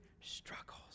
struggles